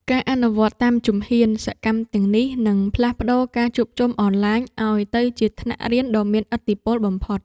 ការអនុវត្តតាមជំហានសកម្មទាំងនេះ នឹងផ្លាស់ប្តូរការជួបជុំអនឡាញឱ្យទៅជាថ្នាក់រៀនដ៏មានឥទ្ធិពលបំផុត។